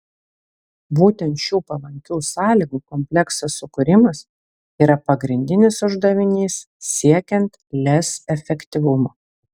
būtent šių palankių sąlygų komplekso sukūrimas yra pagrindinis uždavinys siekiant lez efektyvumo